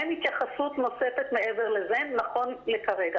אין התייחסות נוספת מעבר לזה נכון לכרגע.